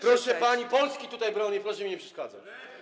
Proszę pani, Polski tutaj bronię, proszę mi nie przeszkadzać.